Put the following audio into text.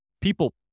People